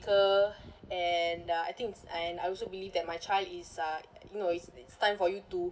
and uh I thinks and I also believe that my child is uh you know it's it's time for you to